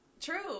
True